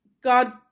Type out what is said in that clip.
god